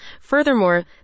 Furthermore